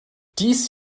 dies